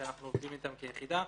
שאנחנו עובדים איתם כיחידה,